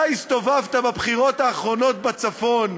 אתה הסתובבת בבחירות האחרונות בצפון,